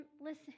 listen